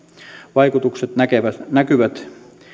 vaikutukset näkyvät näkyvät